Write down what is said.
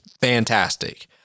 fantastic